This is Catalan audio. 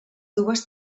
dues